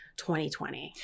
2020